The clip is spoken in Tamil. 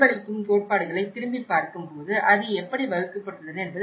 கோட்பாடுகளை திரும்பிப் பாக்கும்போது அது எப்படி வகுக்கப்பட்டுள்ளது என்பது தெரியும்